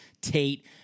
Tate